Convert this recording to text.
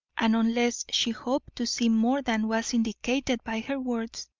and unless she hoped to see more than was indicated by her words,